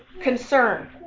concern